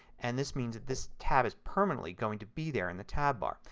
and this means this tab is permanently going to be there in the tab bar.